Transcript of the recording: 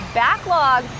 backlog